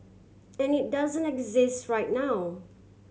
and it doesn't exist right now